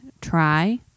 try